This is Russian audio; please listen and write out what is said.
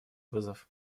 вызов